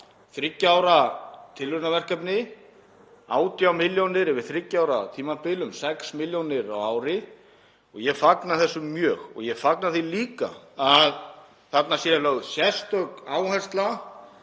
ára tilraunaverkefni — 18 milljónir yfir þriggja ára tímabil, um 6 milljónir á ári — og ég fagna þessu mjög og ég fagna því líka að þarna sé lögð sérstök áhersla